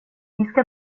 ska